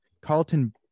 carlton